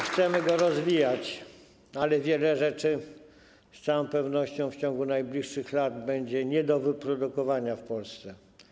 Chcemy go rozwijać, ale wiele rzeczy z całą pewnością w ciągu najbliższych lat będzie nie do wyprodukowania w Polsce.